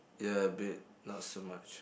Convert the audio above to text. ya a bit not so much